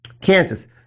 Kansas